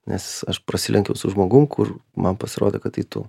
nes aš prasilenkiau su žmogum kur man pasirodo kad tai tu